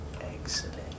Excellent